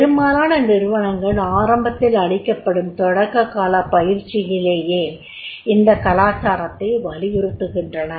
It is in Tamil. பெறும்பாலான நிறுவனங்கள் ஆரம்பத்தில் அளிக்கப்படும் தொடக்க காலப் பயிற்சியிலேயே இந்த கலாச்சாரத்தை வலியுறுத்துகின்றன